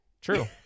True